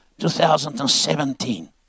2017